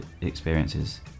experiences